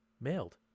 mailed